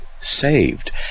saved